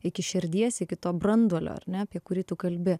iki širdies iki to branduolio ar ne apie kurį tu kalbi